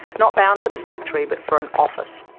not bound for the factory, but for an office.